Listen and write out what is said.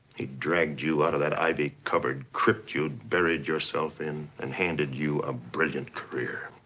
he dragged you out of that ivy-covered crypt you'd buried yourself in, and handed you a brilliant career.